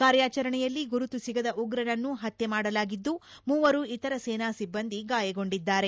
ಕಾರ್ಯಾಚರಣೆಯಲ್ಲಿ ಗುರುತು ಸಿಗದ ಉಗ್ರನನ್ನು ಹತ್ಯೆ ಮಾಡಲಾಗಿದ್ದು ಮೂವರು ಇತರ ಸೇನಾ ಸಿಬ್ಬಂದಿ ಗಾಯಗೊಂಡಿದ್ದಾರೆ